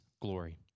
glory